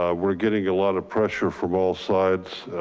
ah we're getting a lot of pressure from all sides.